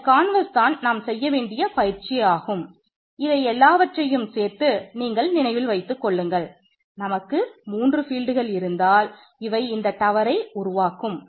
இதன் கான்வெர்ஸ் இருக்கும்